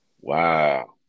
Wow